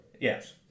Yes